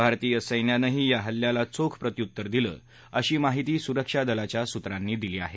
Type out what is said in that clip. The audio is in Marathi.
भारतीय संख्ञिनंही या हल्ल्याला चोख प्रत्यूत्तर दिलं अशी माहिती सुरक्षा दलाच्या सुत्रांनी दिली आहे